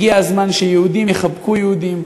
הגיע הזמן שיהודים יחבקו יהודים,